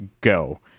Go